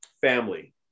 family